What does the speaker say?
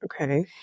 Okay